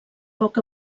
poc